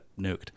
nuked